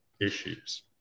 issues